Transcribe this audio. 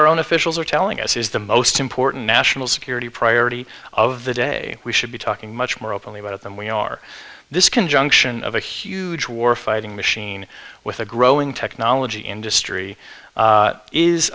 our own officials are telling us is the most important national security priority of the day we should be talking much more openly about them we are this conjunction of a huge war fighting machine with a growing technology industry